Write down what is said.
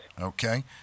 Okay